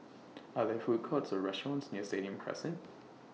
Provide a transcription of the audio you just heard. Are There Food Courts Or restaurants near Stadium Crescent